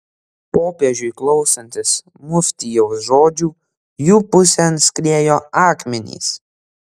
popiežiui klausantis muftijaus žodžių jų pusėn skriejo akmenys